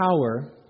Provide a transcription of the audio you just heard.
power